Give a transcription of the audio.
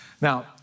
Now